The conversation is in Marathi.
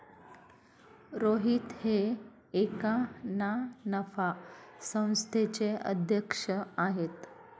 रोहित हे एका ना नफा संस्थेचे अध्यक्ष आहेत